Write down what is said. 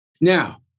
Now